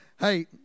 Hey